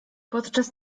podczas